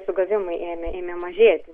sugavimai ėmė ėmė mažėti